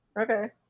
okay